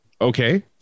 Okay